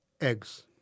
eggs